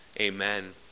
Amen